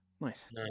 nice